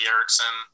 Erickson